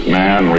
man